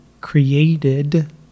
created